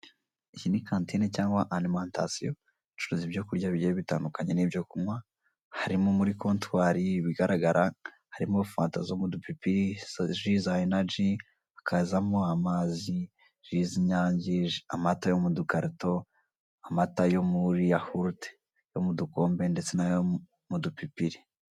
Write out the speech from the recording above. Iyi ni kantine cyangwa arimantasiyo bacuruza ibyo kurya bigiye bitandukanye n'ibyo kunywa, harimo muri kontwari bigaragara harimo; fanta zo mu dupipiri, ji za inaji, hakazamo amazi, ji z'inyange, amata yo mu dukarito, amata yo muri yahurute yo mu dukombe ndetse n'ayo mu dupipiri.